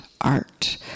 art